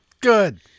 Good